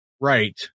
Right